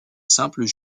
simples